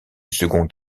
second